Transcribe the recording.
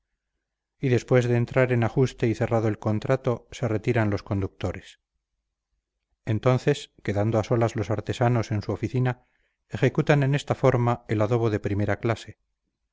y después de entrar en ajuste y cerrado el contrato se retiran los conductores entonces quedando a solas los artesanos en su oficina ejecutan en esta forma el adobo de primera clase